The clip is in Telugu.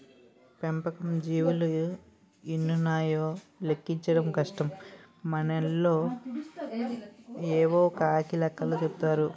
పెంపకం జీవులు ఎన్నున్నాయో లెక్కించడం కష్టం మనోళ్లు యేవో కాకి లెక్కలు చెపుతారు